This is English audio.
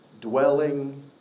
dwelling